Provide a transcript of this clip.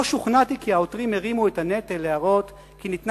לא שוכנעתי כי העותרים הרימו את הנטל להראות כי ניתנה